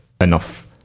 enough